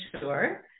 sure